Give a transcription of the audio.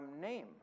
name